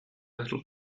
little